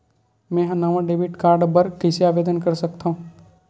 मेंहा नवा debit card बर कैसे आवेदन कर सकथव?